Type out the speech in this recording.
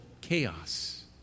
chaos